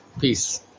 peace